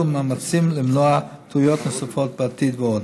ומאמצים למנוע טעויות נוספות בעתיד ועוד.